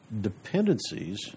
dependencies